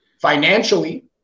Financially